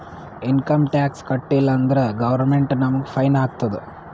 income tax ಕಟ್ಟೀಲ ಅಂದುರ್ government ನಮುಗ್ ಫೈನ್ ಹಾಕ್ತುದ್